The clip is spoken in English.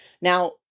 Now